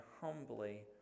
humbly